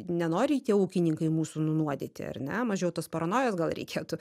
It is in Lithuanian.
nenori tie ūkininkai mūsų nunuodyti ar ne mažiau tos paranojos gal reikėtų